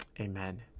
amen